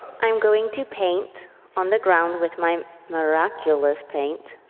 i'm going to paint on the ground with my miraculous paint.